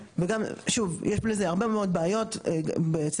אצל פליטים זה הרבה יותר מורכב והרבה יותר בעיתי,